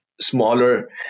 smaller